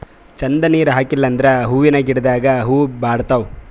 ಛಂದ್ ನೀರ್ ಹಾಕಿಲ್ ಅಂದ್ರ ಹೂವಿನ ಗಿಡದಾಗ್ ಹೂವ ಬಾಡ್ತಾವ್